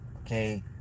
okay